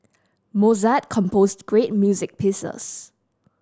Mozart composed great music pieces